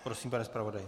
Prosím, pane zpravodaji.